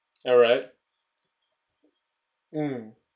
alright mm